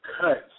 cuts